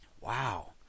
Wow